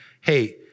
hey